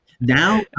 Now